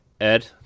Ed